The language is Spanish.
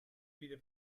pide